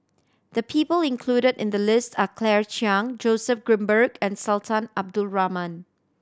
the people included in the list are Claire Chiang Joseph Grimberg and Sultan Abdul Rahman